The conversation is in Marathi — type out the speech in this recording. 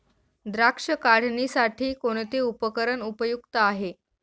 द्राक्ष काढणीसाठी कोणते उपकरण उपयुक्त आहे?